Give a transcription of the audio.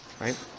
Right